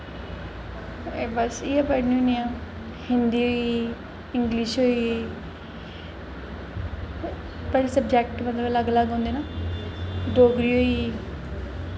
बस इ'यै पढ़नी होन्नी ऐ हिन्दी होई गेई इंगलिश होई गेई बड़े सबजैक्ट मतलब अलग अलग होंदे न डोगरी होई गेई